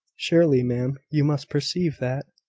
surely, ma'am, you must perceive that.